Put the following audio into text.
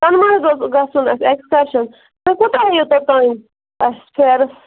سۄنمَرٕگ اوس گژھُن اَسہِ اٮ۪کسکَرشَن تُہۍ کوٗتاہ ہیٚیِو توٚتام اَسہِ فیرٕس